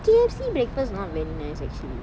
K_F_C breakfast not very nice actually